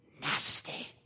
nasty